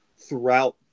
throughout